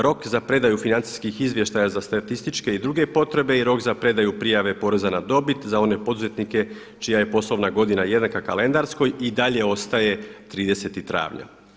Rok za predaju financijskih izvještaja za statističke i druge potrebe i rok za predaju prijave poreza na dobit za one poduzetnike čija je poslovna godina jednaka kalendarskoj i dalje ostaje 30. travnja.